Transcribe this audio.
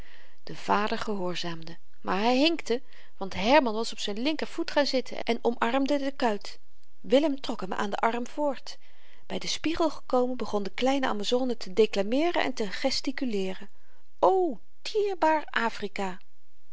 de vader gehoorzaamde maar hy hinkte want herman was op z'n linkervoet gaan zitten en omarmde de kuit willem trok hem aan den arm voort by den spiegel gekomen begon de kleine amazone te deklameeren en te gestikuleeren o dierbaar afrika